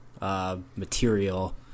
material